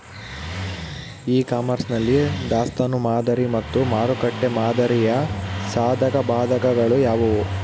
E commerce ನಲ್ಲಿ ದಾಸ್ತನು ಮಾದರಿ ಮತ್ತು ಮಾರುಕಟ್ಟೆ ಮಾದರಿಯ ಸಾಧಕಬಾಧಕಗಳು ಯಾವುವು?